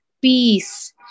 Peace